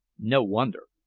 no wonder.